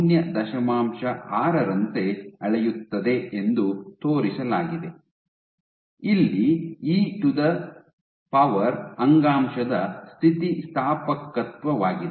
6 ರಂತೆ ಅಳೆಯುತ್ತದೆ ಎಂದು ತೋರಿಸಲಾಗಿದೆ ಇಲ್ಲಿ ಇ ಅಂಗಾಂಶದ ಸ್ಥಿತಿಸ್ಥಾಪಕತ್ವವಾಗಿದೆ